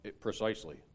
precisely